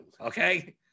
Okay